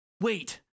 Wait